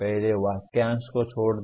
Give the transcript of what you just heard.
पहले वाक्यांश को छोड़ दें